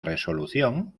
resolución